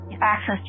access